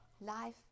life